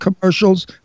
commercials